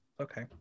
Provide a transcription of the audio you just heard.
Okay